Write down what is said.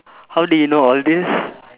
how did you know all these